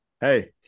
Hey